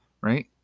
right